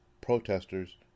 protesters